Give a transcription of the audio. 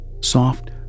Soft